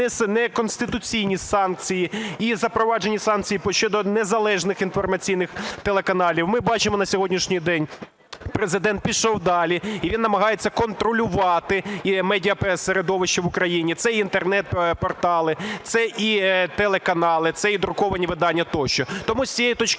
неконституційні санкції і запроваджені санкції щодо незалежних інформаційних телеканалів, ми бачимо на сьогоднішній день Президент пішов далі і він намагається контролювати медіасередовище в Україні – це інтернет-портали, це і телеканали, це і друковані видання тощо.